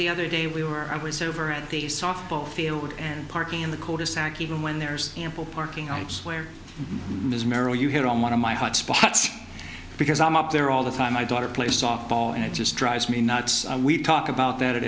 the other day we were i was over at the softball field and parking in the coldest tack even when there's ample parking i swear mrs merrill you hit on one of my hot spots because i'm up there all the time my daughter play softball and it just drives me nuts we talk about that at